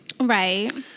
Right